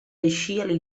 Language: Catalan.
eixia